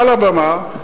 על הבמה,